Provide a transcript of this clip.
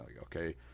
okay